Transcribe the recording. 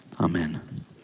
amen